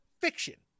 fiction